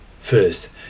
First